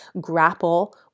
grapple